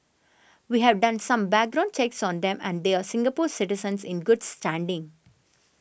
we have done some background checks on them and they are Singapore citizens in good standing